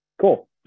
Cool